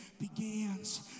begins